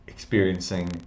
experiencing